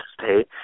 State